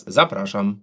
zapraszam